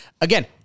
again